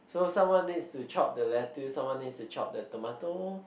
so someone need to chop the lettuce someone need to chop the tomato